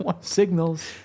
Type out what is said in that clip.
signals